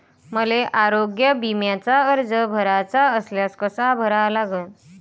मले आरोग्य बिम्याचा अर्ज भराचा असल्यास कसा भरा लागन?